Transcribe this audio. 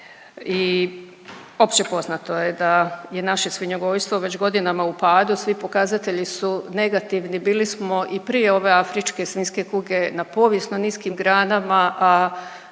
i opće poznato je da je naše svinjogojstvo već godinama u padu, svi pokazatelji su negativni. Bili smo i prije ove afričke svinjske kuge na povijesno niskim granama, a